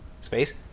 Space